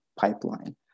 pipeline